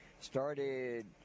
started